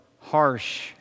harsh